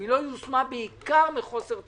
היא לא יושמה בעיקר בשל חוסר תקציב,